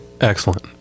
Excellent